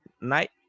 night